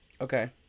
Okay